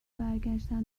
برگشتن